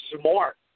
Smart